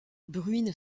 bruine